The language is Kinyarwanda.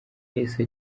yahise